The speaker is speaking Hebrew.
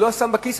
הוא לא שם בכיס,